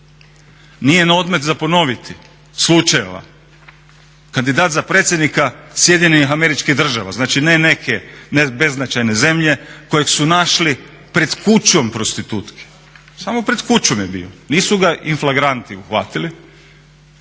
Nije na odmet za ponoviti slučajeva, kandidat za predsjednika SAD-a, ne neke beznačajne zemlje, kojeg su našli pred kućom prostitutke. Samo pred kućom je bio, nisu ga in flagranti uhvatili,